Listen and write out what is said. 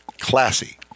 Classy